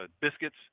Biscuits